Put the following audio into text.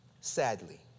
sadly